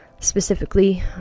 specifically